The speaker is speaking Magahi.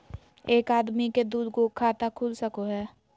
एक आदमी के दू गो खाता खुल सको है?